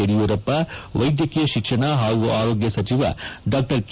ಯಡಿಯೂರಪ್ಪ ವೈದ್ಯಕೀಯ ಶಿಕ್ಷಣ ಹಾಗೂ ಆರೋಗ್ಯ ಸಚಿವ ಡಾ ಕೆ